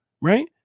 Right